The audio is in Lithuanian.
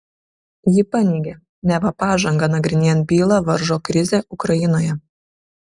ji paneigė neva pažangą nagrinėjant bylą varžo krizė ukrainoje